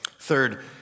Third